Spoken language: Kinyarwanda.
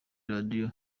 radiyo